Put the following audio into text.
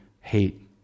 hate